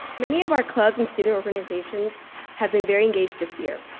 many of our clubs and student organizations have been very engaged this year.